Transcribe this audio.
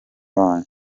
wanyu